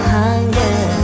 hunger